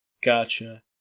Gotcha